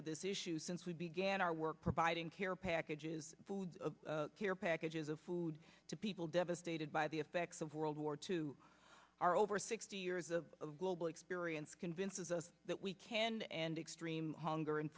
with this issue since we began our work providing care packages care packages of food to people devastated by the effects of world war two our over sixty years of global experience convinces us that we can and extreme hunger and